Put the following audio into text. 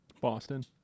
Boston